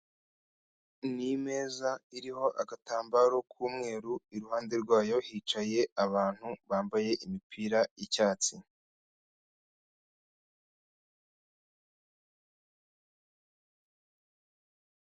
Ni imeza iriho agatambaro k'umweru iruhande rwayo hicaye abantu bambaye imipira y'icyatsi.